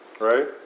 right